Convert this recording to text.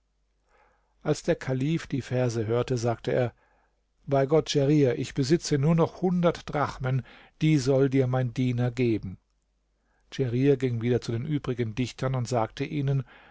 als der kalif die verse hörte sagte er bei gott djerir ich besitze nur noch hundert drachmen die soll dir mein diener geben djerir ging wieder zu den übrigen dichtern und sagte ihnen